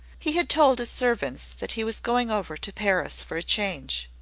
he had told his servants that he was going over to paris for a change.